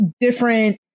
different